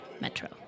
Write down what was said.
metro